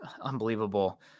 unbelievable